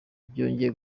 byongeye